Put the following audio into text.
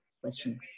question